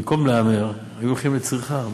אם במקום להמר היו הולכים לצריכה,